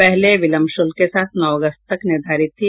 पहले विलंब शुल्क के साथ नौ अगस्त तक निर्धारित थी